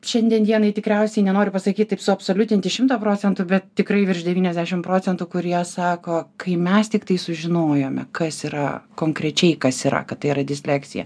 šiandien dienai tikriausiai nenoriu pasakyt taip suabsoliutinti šimto procentų bet tikrai virš devyniasdešim procentų kurie sako kai mes tiktai sužinojome kas yra konkrečiai kas yra kad tai yra disleksija